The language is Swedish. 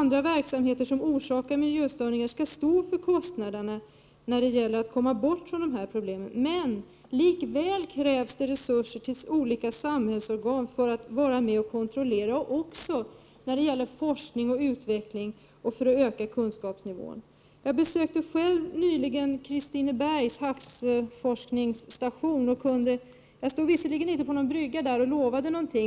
olika verksamheter som orsakar miljöstörningar också skall stå för uppkomna kostnader. Det är ju på det sättet som vi kan komma bort från sådana här problem. Men likväl krävs det resurser till olika samhällsorgan för kontrollens skull också när det gäller forskning och utveckling och för att höja kunskapsnivån. Nyligen besökte jag Kristinebergs havsforskningsstation. Jag stod visserligen inte på bryggan och ställde ut löften.